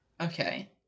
Okay